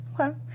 Okay